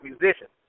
musicians